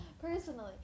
Personally